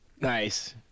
Nice